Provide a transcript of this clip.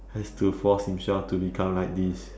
has to force himself to become like this